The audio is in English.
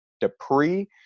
Dupree